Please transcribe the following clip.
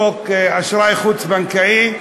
חוק אשראי חוץ-בנקאי,